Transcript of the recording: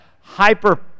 hyper